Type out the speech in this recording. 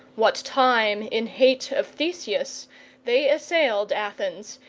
what time in hate of theseus they assailed athens,